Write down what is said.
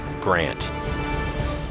GRANT